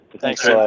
Thanks